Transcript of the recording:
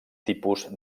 tipus